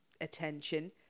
attention